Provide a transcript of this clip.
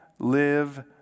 Live